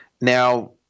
Now